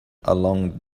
along